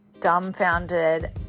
dumbfounded